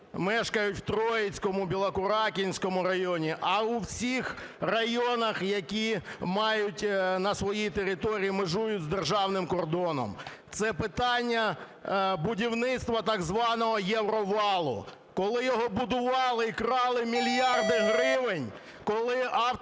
мешкають в Троїцькому, Білокуракинському районі, а у всіх районах, які мають на своїй території, межують з державним кордоном. Це питання будівництва так званого "Євровалу". Коли його будували і крали мільярди гривень, коли автопотяги